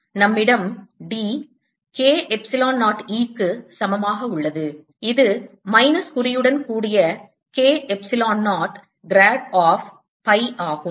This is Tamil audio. நம்மிடம் D K எப்சிலோன் 0 E க்கு சமமாக உள்ளது இது மைனஸ் குறியுடன் கூடிய K epsilon 0 grad of phi ஆகும்